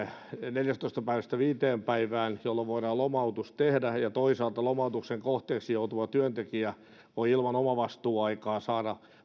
neljästätoista päivästä viiteen päivään jolloin voidaan lomautus tehdä ja toisaalta lomautuksen kohteeksi joutuva työntekijä voi ilman omavastuuaikaa saada